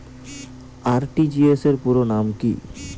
RTGS র পুরো নাম কি?